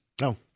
No